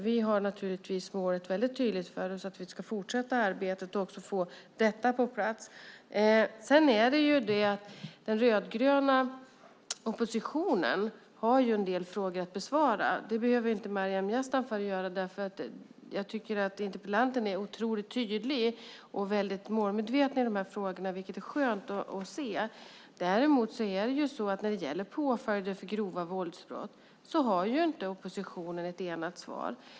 Vi har naturligtvis det väldigt tydliga målet att vi ska fortsätta arbetet och få detta på plats. Den rödgröna oppositionen har en del frågor att besvara. Det behöver inte interpellanten Maryam Yazdanfar göra, för jag tycker att hon är otroligt tydlig och väldigt målmedveten i de här frågorna, vilket är skönt att se. När det däremot gäller påföljder för grova våldsbrott har inte oppositionen ett enat svar.